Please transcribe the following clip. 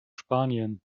spanien